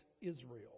Israel